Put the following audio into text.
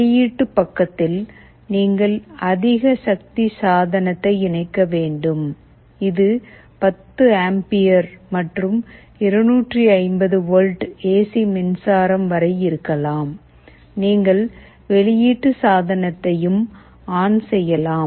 வெளியீட்டு பக்கத்தில் நீங்கள் அதிக சக்தி சாதனத்தை இணைக்க வேண்டும் இது 10 ஆம்பியர் மற்றும் 250 வோல்ட் ஏசி மின்சாரம் வரை இருக்கலாம் நீங்கள் வெளியீட்டு சாதனத்தையும் ஆன் செய்யலாம்